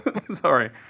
Sorry